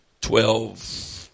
twelve